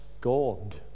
God